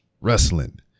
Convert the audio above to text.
wrestling